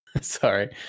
sorry